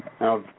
Now